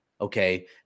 Okay